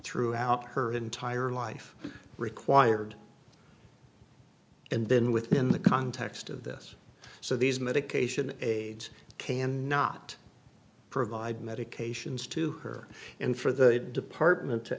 throughout her entire life required and then within the context of that so these medication aids can not provide medications to her and for the department